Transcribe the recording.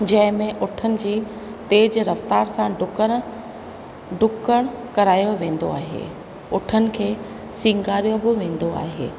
जंहिंमें उठनि जी तेज रफ़्तार सां डुकण डुकण करायो वेंदो आहे उठनि खे श्रंगारियो बि वेंदो आहे